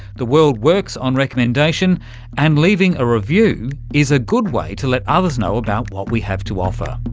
the world works on recommendation and leaving a review is a good way to let others know about what we have to offer.